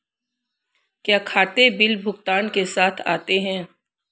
क्या खाते बिल भुगतान के साथ आते हैं?